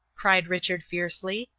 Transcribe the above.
cried richard fiercely,